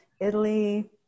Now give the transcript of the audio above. Italy